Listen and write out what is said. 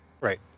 Right